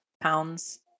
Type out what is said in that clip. pounds